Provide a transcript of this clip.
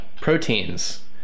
proteins